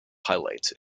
highlights